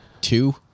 Two